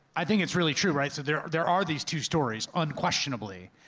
i think it's really true, right? so there are there are these two stories, unquestionably,